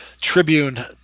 Tribune